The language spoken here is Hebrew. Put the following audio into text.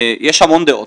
יש המון דעות,